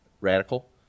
Radical